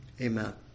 Amen